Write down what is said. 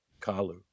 Kalu